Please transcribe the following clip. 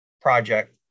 project